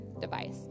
device